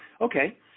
okay